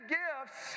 gifts